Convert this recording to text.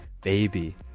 Baby